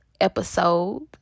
episode